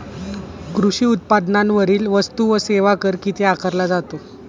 कृषी उत्पादनांवरील वस्तू व सेवा कर किती आकारला जातो?